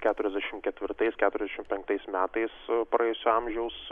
keturiasdešimt ketvirtais keturiasdešimt penktais metais praėjusio amžiaus